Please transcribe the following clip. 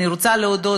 אני רוצה להודות,